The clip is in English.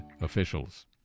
officials